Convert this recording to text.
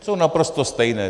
Jsou naprosto stejné.